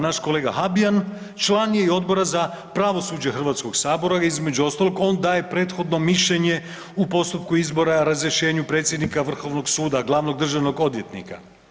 Naš kolega Habijan član je i Odbora za pravosuđe HS, između ostalog on daje prethodno mišljenje u postupku izbora razrješenju predsjednika vrhovnog suda glavnog državnog odvjetnika.